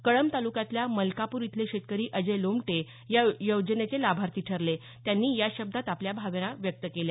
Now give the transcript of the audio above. कळंब तालुक्यातल्या मलकापूर इथले शेतकरी अजय लोमटे या योजनेचे लाभार्थी ठरले त्यांनी या शब्दात आपल्या भावना व्यक्त केल्या